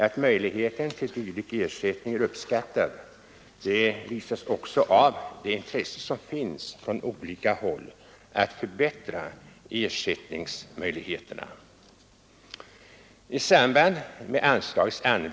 Att möjligheten till dylik ersättning är uppskattad bestyrks också av det intresse som finns på olika håll att förbättra ersättningsmöjligheterna.